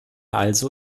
also